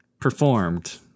performed